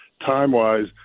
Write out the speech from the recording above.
time-wise